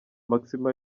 maximo